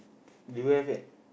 do you have yet